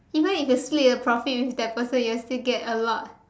even if you split the profit with that person you will still get a lot